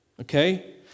Okay